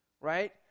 right